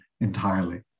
entirely